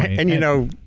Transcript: and you know,